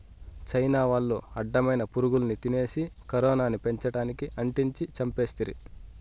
China వాళ్లు అడ్డమైన పురుగుల్ని తినేసి కరోనాని పెపంచానికి అంటించి చంపేస్తిరి